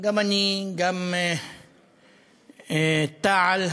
גם אני וגם תע"ל,